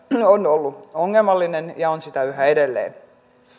on ollut ongelmallinen ja on sitä yhä edelleen